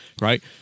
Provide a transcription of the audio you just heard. right